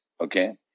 Okay